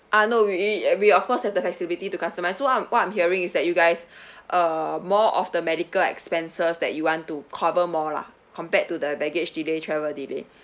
ah no we uh we of course have the flexibility to customize so what I'm what I'm hearing is that you guys uh more of the medical expenses that you want to cover more lah compared to the baggage delay travel delay